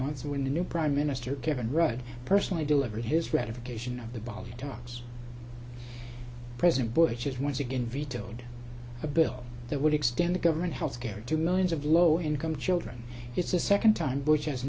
month when a new prime minister kevin rudd personally delivered his ratification of the bali talks president bush is once again vetoed a bill that would extend the government health care to millions of low income children it's the second time bush has